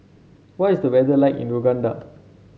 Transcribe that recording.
what is the weather like in Uganda